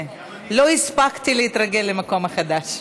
לא הספקתי להתרגל למקום החדש.